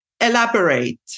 Elaborate